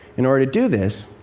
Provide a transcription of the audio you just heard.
in order to do this,